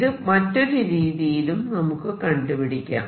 ഇത് മറ്റൊരു രീതിയിലും നമുക്ക് കണ്ടുപിടിക്കാം